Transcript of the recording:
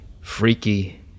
freaky